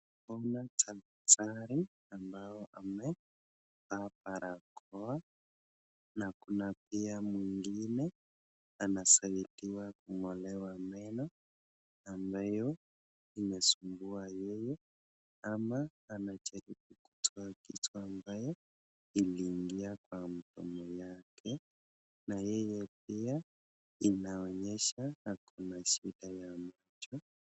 Kuna daktari ambaye amevaa barakoa, na kuna pia mwingine anasaidiwa kungolewa meno ambayo imesumbua yeye ama ana anajaribu kotoa kitu ambaye iliingia kwa mdomo yake na yeye pia inaonyesha ako na shida ya macho.